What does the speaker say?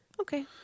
Okay